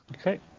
Okay